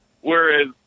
whereas